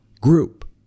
group